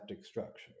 structures